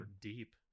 Deep